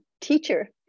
teacher